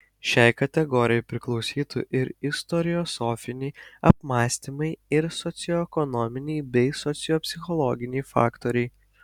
šiai kategorijai priklausytų ir istoriosofiniai apmąstymai ir socioekonominiai bei sociopsichologiniai faktoriai